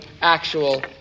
actual